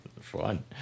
Fun